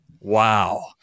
Wow